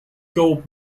gold